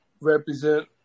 represent